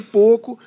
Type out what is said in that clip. pouco